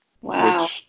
Wow